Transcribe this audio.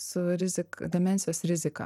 su rizik demencijos rizika